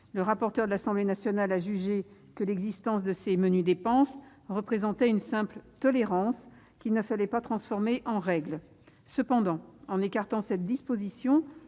Le rapporteur de l'Assemblée nationale a jugé que l'existence de ces menues dépenses représentait une simple tolérance, qu'il ne fallait pas transformer en règle. Cependant, en écartant cette disposition,